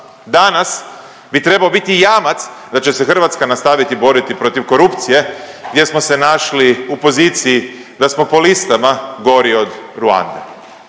danas bi trebao biti jamac da će se Hrvatska nastaviti boriti protiv korupcije gdje smo se našli u poziciji da smo po listama gori od Ruande.